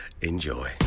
Enjoy